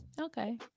Okay